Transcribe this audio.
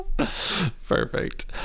Perfect